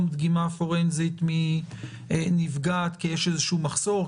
דגימה פורנזית מנפגעת כי יש איזשהו מחסור,